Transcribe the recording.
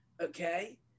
okay